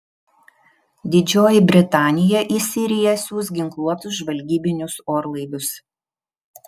didžioji britanija į siriją siųs ginkluotus žvalgybinius orlaivius